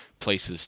places